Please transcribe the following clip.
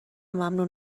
ممنون